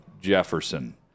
Jefferson